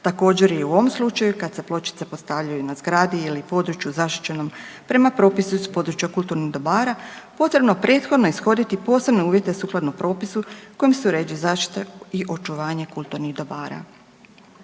Također i u ovom slučaju kad se pločice postavljaju na zgradi ili području zaštićenom prema propisu iz područja kulturnih dobara potrebno prethodno ishoditi posebne uvjete sukladno propisu kojim se uređuje zaštita i očuvanje kulturnih dobara.